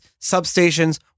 substations